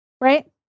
right